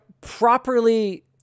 properly